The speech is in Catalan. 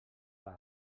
per